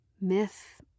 Myth